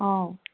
ꯑꯧ